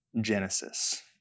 Genesis